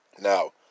Now